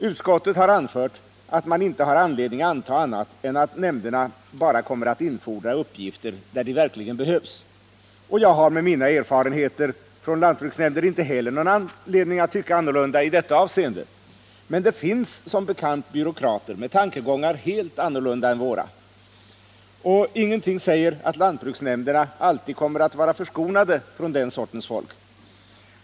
Utskottsmajoriteten har anfört att man inte har anledning att anta annat än att nämnderna bara kommer att infordra uppgifter där de verkligen behövs. Jag har med mina erfarenheter från lantbruksnämnden inte heller någon anledning att tycka annorlunda i detta avseende. Men det finns som bekant byråkrater med tankegångar helt annorlunda än våra. Ingenting säger att lantbruksnämnderna alltid kommer att vara förskonade från den sortens folk.